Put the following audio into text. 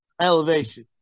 elevation